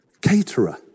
caterer